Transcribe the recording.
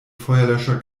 feuerlöscher